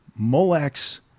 molex